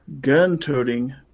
Gun-Toting